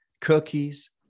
cookies